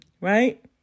right